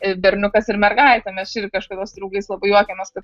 ir berniukas ir mergaitė mes čia irgi kažkada su draugais labai juokėmės kad